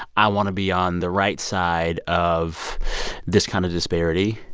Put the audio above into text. i want to be on the right side of this kind of disparity.